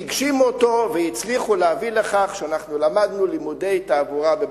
חלום שהם הגשימו אותו והצליחו להביא ללימודי תעבורה בבתי-ספר.